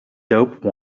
dope